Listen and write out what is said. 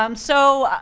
um so,